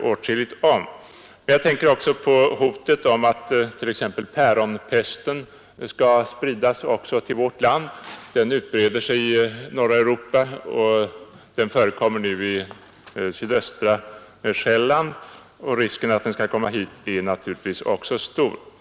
åtskilligt om. Jag tänker också på risken för att t.ex. päronpesten skall spridas även till vårt land. Den utbreder sig i norra Europa, och den förekommer på sydöstra Själland. Risken för att den skall komma hit är naturligtvis stor.